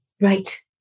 Right